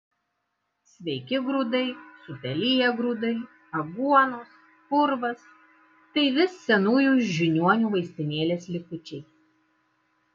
sveiki grūdai supeliję grūdai aguonos purvas tai vis senųjų žiniuonių vaistinėlės likučiai